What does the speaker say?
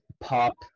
pop